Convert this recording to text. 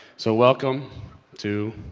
so welcome to